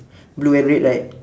blue and red right